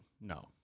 No